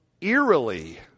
eerily